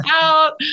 out